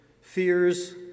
fears